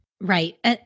Right